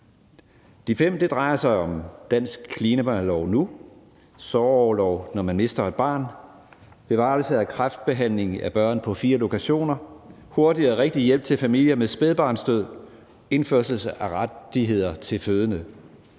forslag drejer sig om dansk klimalov nu, sorgorlov, når man mister et barn, bevarelse af kræftbehandlingen af børn på fire lokationer, hurtig og rigtig hjælp til familier med spædbarnsdød og indførelse af rettigheder til fødende.